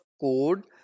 code